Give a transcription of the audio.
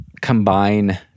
combine